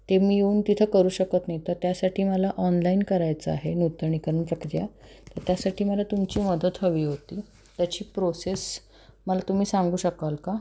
ते मी येऊन तिथं करू शकत नाही तर त्यासाठी मला ऑनलाईन करायचं आहे नूतनीकरण प्रक्रिया तर त्यासाठी मला तुमची मदत हवी होती त्याची प्रोसेस मला तुम्ही सांगू शकाल का